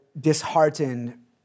disheartened